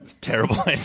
Terrible